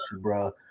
bro